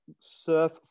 surf